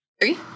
three